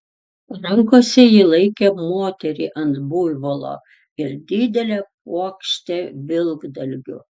rankose ji laikė moterį ant buivolo ir didelę puokštę vilkdalgių